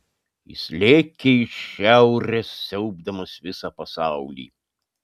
jis lėkė iš šiaurės siaubdamas visą pasaulį